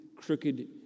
crooked